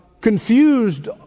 confused